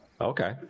Okay